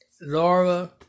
Laura